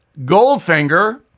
Goldfinger